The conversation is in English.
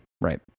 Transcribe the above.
right